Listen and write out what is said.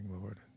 Lord